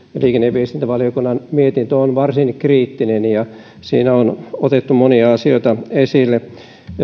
liikenne ja viestintävaliokunnan mietintö on varsin kriittinen ja siinä on otettu monia asioita esille